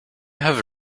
have